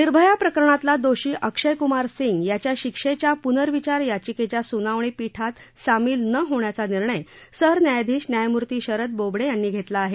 निर्भया प्रकरणातला दोषी अक्षय कुमार सिंग याच्या शिक्षेच्या पुनर्विचार याचिकेच्या सुनावणी पीठात सामिल न होण्याचा निर्णय सरन्यायाधीश न्यायमूर्ती शरद बोबडे यांनी घेतला आहे